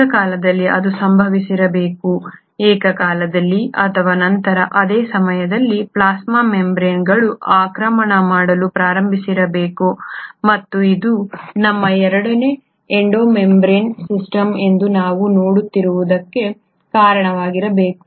ಏಕಕಾಲದಲ್ಲಿ ಅದು ಸಂಭವಿಸಿರಬೇಕು ಏಕಕಾಲದಲ್ಲಿ ಅಥವಾ ನಂತರ ಅದೇ ಸಮಯದಲ್ಲಿ ಪ್ಲಾಸ್ಮಾ ಮೆಂಬರೇನ್ಗಳು ಆಕ್ರಮಣ ಮಾಡಲು ಪ್ರಾರಂಭಿಸಿರಬೇಕು ಮತ್ತು ಇದು ನಮ್ಮ ಎಂಡೋ ಮೆಂಬರೇನ್ ಸಿಸ್ಟಮ್ ಎಂದು ನಾವು ಇಂದು ನೋಡುತ್ತಿರುವುದಕ್ಕೆ ಕಾರಣವಾಗಿರಬೇಕು